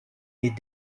est